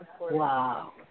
Wow